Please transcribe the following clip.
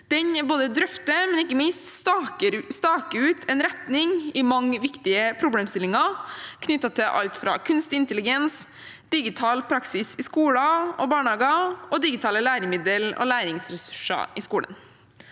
Den både drøfter og ikke minst staker ut en retning i mange viktige problemstillinger, knyttet til alt fra kunstig intelligens til digital praksis i skoler og barnehager og digitale læremidler og læringsressurser i skolen.